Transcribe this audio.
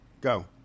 Go